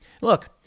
Look